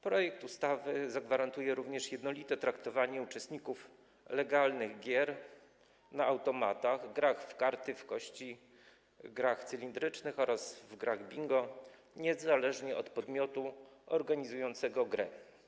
Projekt ustawy zagwarantuje również jednolite traktowanie uczestników legalnych gier na automatach, gier w karty, w kości, gier cylindrycznych oraz gier w bingo niezależnie od podmiotu organizującego grę.